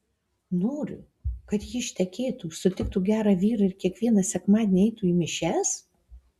noriu kad ji ištekėtų sutiktų gerą vyrą ir kiekvieną sekmadienį eitų į mišias